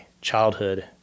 childhood